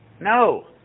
No